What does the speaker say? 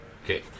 Okay